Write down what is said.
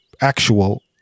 actual